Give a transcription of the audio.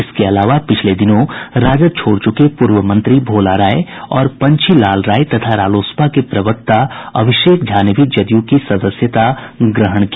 इसके अलावा पिछले दिनों राजद छोड़ चुके पूर्व मंत्री भोला राय और पंछी लाल राय तथा रालोसपा के प्रवक्ता अभिषेक झा ने भी जदयू की सदस्यता ग्रहण की